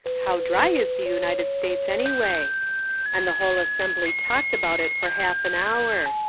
how dry is the united states, anyway? and the whole assembly talked about it for half an hour.